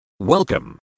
Welcome